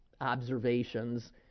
observations